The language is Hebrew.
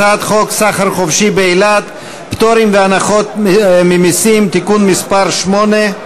הצעת חוק סחר חופשי באילת (פטורים והנחות ממסים) (תיקון מס' 8)